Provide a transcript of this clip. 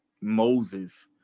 Moses